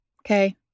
okay